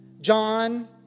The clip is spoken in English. John